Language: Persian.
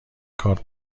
کارت